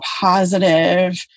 positive